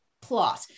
plot